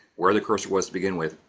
where the cursor was to begin with.